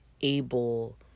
able